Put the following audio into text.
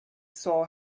saw